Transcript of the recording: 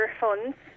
funds